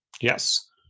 Yes